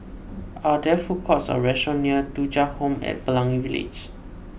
are there food courts or restaurants near Thuja Home at Pelangi Village